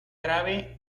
grave